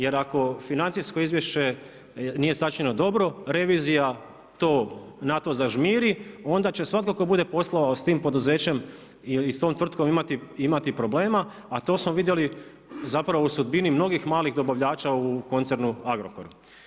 Jer ako financijsko izvješće nije sačinjeno dobro revizija na to zažmiri, onda će svatko tko bude poslovao s tim poduzećem i s tom tvrtkom imati problema, a to smo vidjeli zapravo u sudbini mnogih malih dobavljača u koncernu Agrokor.